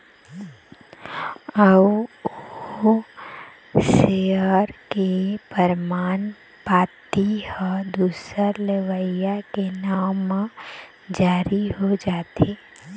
अउ ओ सेयर के परमान पाती ह दूसर लेवइया के नांव म जारी हो जाथे